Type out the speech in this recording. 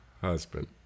husband